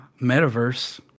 metaverse